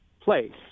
place